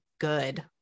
good